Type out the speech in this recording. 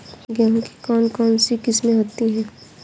गेहूँ की कौन कौनसी किस्में होती है?